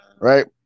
right